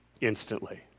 Instantly